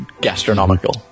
gastronomical